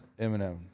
Eminem